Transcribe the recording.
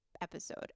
Episode